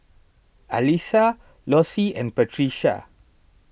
Alysa Lossie and Patrica